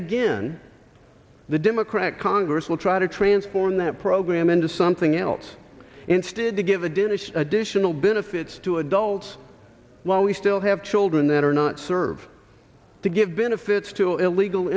again the democratic congress will try to transform that program into something else instead to give a dentist additional benefits to adults while we still have children that are not serve to give benefits to illegal